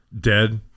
dead